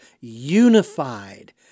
unified